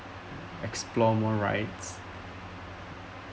explore more rights